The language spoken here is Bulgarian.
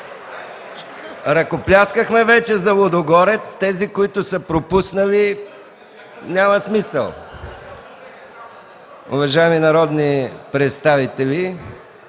ръкопляскахме за „Лудогорец”, тези, които са пропуснали – няма смисъл. Уважаеми народни представители,